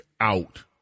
out